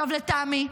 לטעמי,